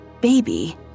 Baby